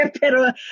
pero